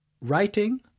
Writing